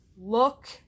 Look